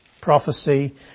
prophecy